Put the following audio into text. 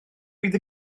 fydd